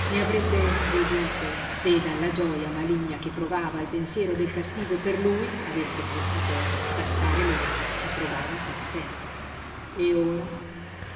ne avrebbe goduto se dalla gioja maligna che provava al pensiero del castigo per lui avesse potuto staccare l'onta che provava per sé e ora